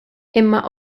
imma